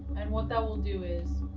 and what that will do is